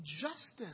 justice